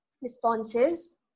responses